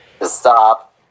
Stop